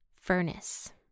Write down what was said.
furnace